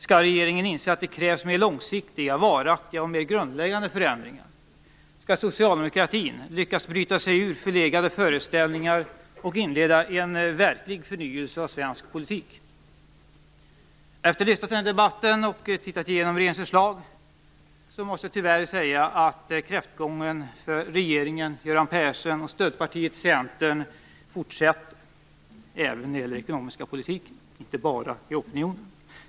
Skall regeringen inse att det krävs mera långsiktiga, varaktiga och mera grundläggande förändringar? Skall socialdemokratin lyckas bryta sig ur förlegade föreställningar och inleda en verklig förnyelse av svensk politik? Efter att ha lyssnat på debatten och ha tittat igenom regeringens förslag måste jag, tyvärr, säga att kräftgången för regeringen Göran Persson och stödpartiet Centern fortsätter även när det gäller den ekonomiska politiken, alltså inte bara när det gäller opinionen.